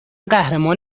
قهرمان